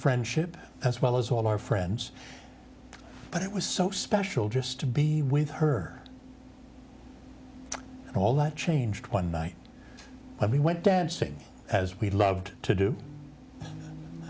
friendship as well as all our friends but it was so special just to be with her all that changed one night i mean went dancing as we loved to do